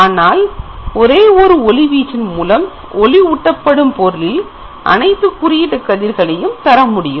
ஆனால் ஒரே ஒரு ஒளி வீச்சின் மூலம் ஒளி ஊட்டப்படும் பொருளின் அனைத்து குறியீட்டு கதிர்களையும் தரமுடியும்